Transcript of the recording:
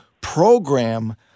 program